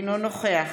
אינו נוכח